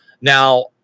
Now